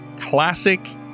classic